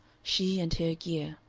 she and her gear.